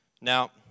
Now